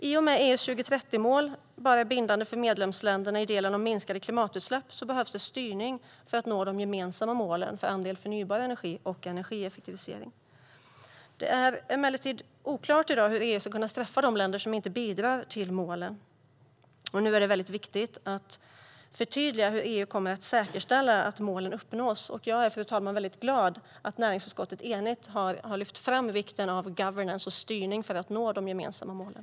I och med att EU:s 2030-mål är bindande för medlemsländerna bara i delen om minskade klimatutsläpp behövs det styrning för att nå de gemensamma målen för andelen förnybar energi och energieffektivisering. Det är emellertid i dag oklart hur EU ska kunna straffa de länder som inte bidrar till målen. Nu är det väldigt viktigt att förtydliga hur EU kommer att säkerställa att målen uppnås. Jag är, fru talman, väldigt glad att näringsutskottet enigt har lyft fram vikten av governance och styrning för att nå de gemensamma målen.